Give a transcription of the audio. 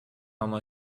oma